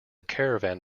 caravan